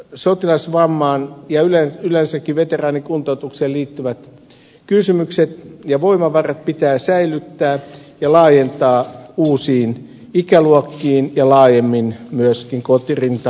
sotilasvammaan ja yleensäkin veteraanikuntoutukseen liittyvät voimavarat pitää säilyttää ja kuntoutusta laajentaa uusiin ikäluokkiin ja laajemmin myöskin kotirintamalla